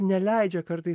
neleidžia kartais